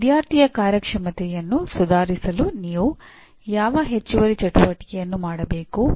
ವಿದ್ಯಾರ್ಥಿಯ ಕಾರ್ಯಕ್ಷಮತೆಯನ್ನು ಸುಧಾರಿಸಲು ನೀವು ಯಾವ ಹೆಚ್ಚುವರಿ ಚಟುವಟಿಕೆಯನ್ನು ಮಾಡಬೇಕು